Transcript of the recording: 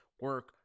Work